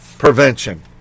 Prevention